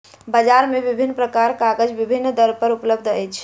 बजार मे विभिन्न प्रकारक कागज विभिन्न दर पर उपलब्ध अछि